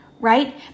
right